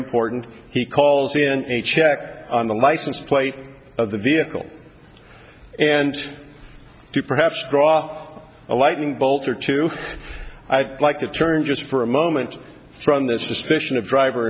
important he calls in a check on the license plate of the vehicle and to perhaps draw a lightning bolt or two i like to turn just for a moment from the suspicion of driver